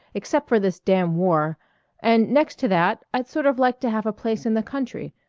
except for this damn war and next to that i'd sort of like to have a place in the country,